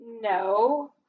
No